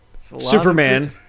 superman